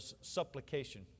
supplication